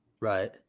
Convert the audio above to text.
Right